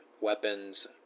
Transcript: weapons